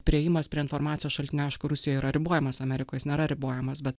priėjimas prie informacijos šaltinių aišku rusijoj yra ribojamas amerikoj jis nėra ribojamas bet